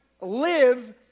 live